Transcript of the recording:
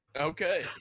okay